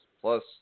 Plus